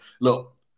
look